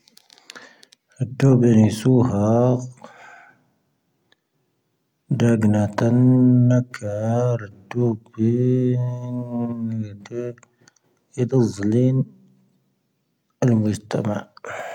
ⴰⴷoⴱⴻⵏⴻ ⵙⵓⵀⴰⴰⴳ. ⴷⴰⴳⵏⴰ ⵜⴰⵏ ⵏⴰⴽⴰⵔ. ⴰⴷoⴱⴻⵏⴻ. ⴰⴷⵉⵍ ⵣⴰⵍⴻⵏⴻ. ⴰⵍ-ⵎⵓⵉⵙⵜⴰⵎⴰ.